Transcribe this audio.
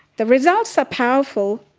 the results are powerful,